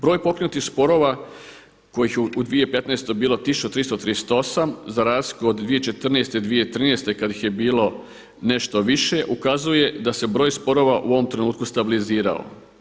Broj pokrenutih sporova kojih je u 2015. bilo 1338 za razliku od 2014., 2013. kad ih je bilo nešto više ukazuje da se broj sporova u ovom trenutku stabilizirao.